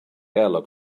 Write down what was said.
airlock